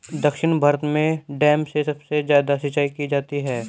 दक्षिण भारत में डैम से सबसे ज्यादा सिंचाई की जाती है